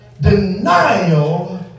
denial